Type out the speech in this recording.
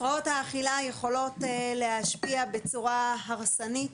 הפרעות האכילה יכולות להשפיע בצורה הרסנית